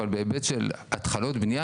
אבל בהיבט של התחלות בנייה,